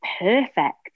perfect